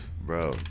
Bro